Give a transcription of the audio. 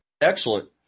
Excellent